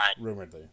Rumoredly